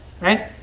right